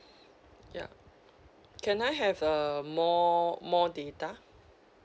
yup can I have uh more more data